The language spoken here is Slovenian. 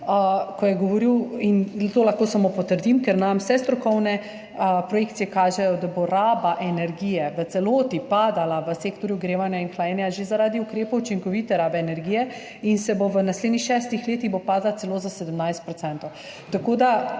ko je govoril, in to lahko samo potrdim, ker nam vse strokovne projekcije kažejo, da bo raba energije v celoti padala v sektorju ogrevanja in hlajenja že zaradi ukrepov učinkovite rabe energije in bo v naslednjih šestih letih padla celo za 17 % na